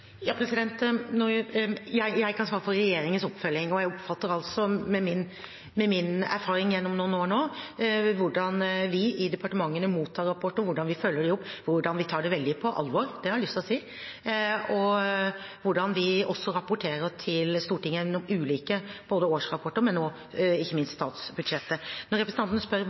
Jeg kan svare for regjeringens oppfølging, og jeg oppfatter altså, med min erfaring gjennom noen år nå, hvordan vi i departementene mottar rapportene, og hvordan vi følger dem opp, hvordan vi tar det veldig på alvor, det har jeg lyst til å si, og hvordan vi også rapporterer til Stortinget gjennom både ulike årsrapporter og, ikke minst, statsbudsjettet. Representanten spør hva